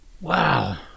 Wow